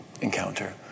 encounter